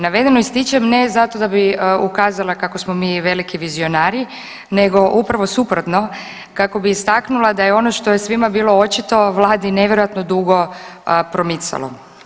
Navedeno ističem ne zato da bi ukazala kako smo mi veliki vizionari, nego upravo suprotno kako bih istaknula da ono što je svima bilo očito Vladi nevjerojatno dugo promicalo.